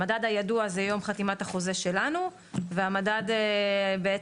המדד בסיס זה יום חתימת החוזה שלנו והמדד הידוע